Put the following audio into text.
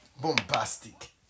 bombastic